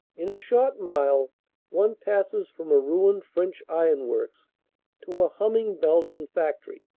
in a short mile one passes from a ruined french ironworks to a humming belgian factory.